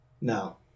No